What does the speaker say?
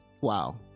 wow